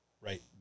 Right